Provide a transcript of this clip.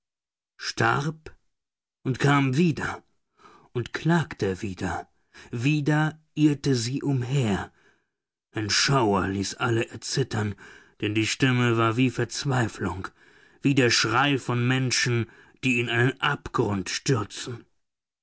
starb und kam wieder und klagte wieder wieder irrte sie umher ein schauer ließ alle erzittern denn die stimme war wie verzweiflung wie der schrei von menschen die in einen abgrund stürzen